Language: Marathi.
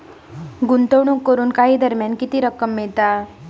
गुंतवणूक करून काही दरम्यान किती रक्कम मिळता?